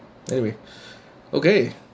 anyway okay